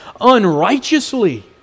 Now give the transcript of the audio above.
unrighteously